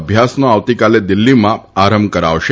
અભ્યાસનો આવતીકાલે દિલ્ફીમાં આરંભ કરાવશે